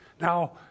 Now